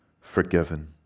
forgiven